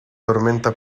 tormenta